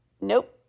Nope